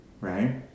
right